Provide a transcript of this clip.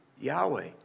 Yahweh